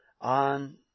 on